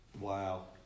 Wow